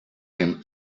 him